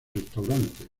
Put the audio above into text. restaurante